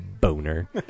boner